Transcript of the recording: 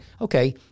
Okay